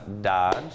Dodge